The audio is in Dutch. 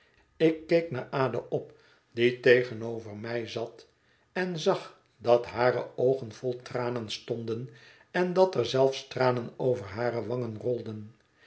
ik keek naar ada tegenover mij zat en zag dat hare oogen vol tranen stonden en dat er zelfs tranen over hare wangen rolden